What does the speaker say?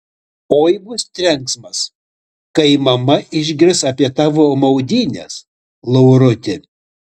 oi bus trenksmas kai mama išgirs apie tavo maudynes lauruti